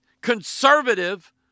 conservative